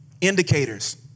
Indicators